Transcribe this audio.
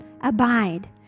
abide